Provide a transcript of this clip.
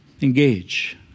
engage